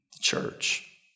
church